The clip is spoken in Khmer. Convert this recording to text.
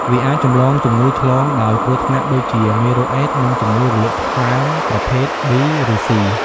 វាអាចចម្លងជំងឺឆ្លងដ៏គ្រោះថ្នាក់ដូចជា មេរោគអេដស៍ និងជំងឺរលាកថ្លើមប្រភេទ ប៊ី ឬស៊ី។